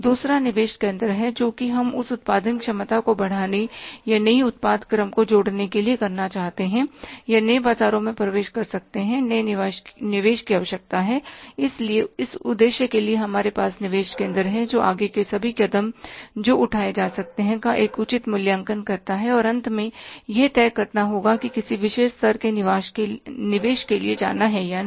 दूसरा निवेश केंद्र है जो कि हम उस उत्पादन क्षमता को बढ़ाने या नई उत्पाद क्रम को जोड़ने के लिए करना चाहते हैं या नए बाजारों में प्रवेश कर सकते हैं नए निवेश की आवश्यकता है इसलिए इस उद्देश्य के लिए हमारे पास निवेश केंद्र है जो आगे के सभी कदम जो उठाए जा सकते हैं का एक उचित मूल्यांकन करता है और अंत में यह तय करना होगा कि किसी विशेष स्तर के निवेश के लिए जाना है या नहीं